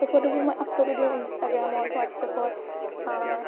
সেই ফটোবোৰ মই আপলোডো দিওঁ ইঞ্চটাগ্ৰামত হোৱাটচআপত